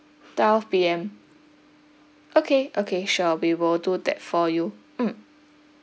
twelve P_M okay okay sure we will do that for you mm